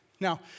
Now